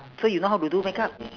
so you know how to do makeup